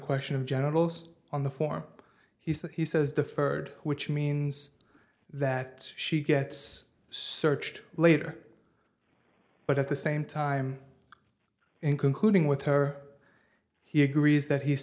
question of generals on the form he says he says deferred which means that she gets searched later but at the same time in concluding with her he agrees that he's